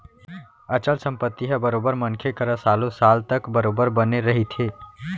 अचल संपत्ति ह बरोबर मनखे करा सालो साल तक बरोबर बने रहिथे